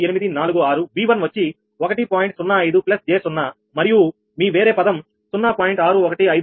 05 j 0 మరియు మీ వేరే పదం 0